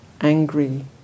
angry